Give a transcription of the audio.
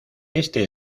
este